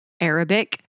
Arabic